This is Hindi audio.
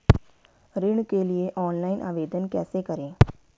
ऋण के लिए ऑनलाइन आवेदन कैसे करें?